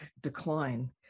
decline